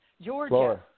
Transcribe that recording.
Georgia